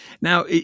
Now